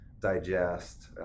digest